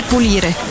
pulire